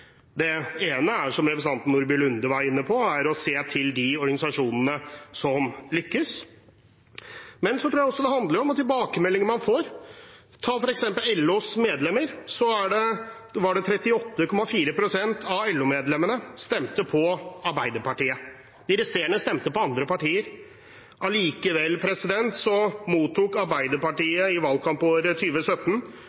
Det ene er, som representanten Nordby Lunde var inne på, å se til de organisasjonene som lykkes, men jeg tror også det handler om de tilbakemeldingene man får. Ta f.eks. LOs medlemmer – det var 38,4 pst. av LO-medlemmene som stemte på Arbeiderpartiet, de resterende stemte på andre partier. Allikevel mottok